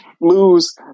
lose